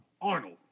Arnold